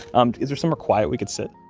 and is there somewhere quiet we could sit?